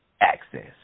access